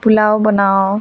পোলাও বনাওঁ